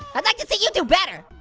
i'd like to see you do better.